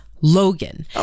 Logan